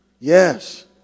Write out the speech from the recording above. yes